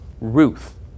Ruth